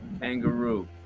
kangaroo